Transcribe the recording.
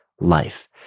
life